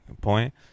point